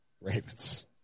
Ravens